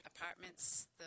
apartments